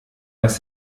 dass